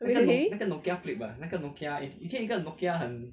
really